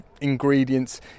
ingredients